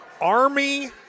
Army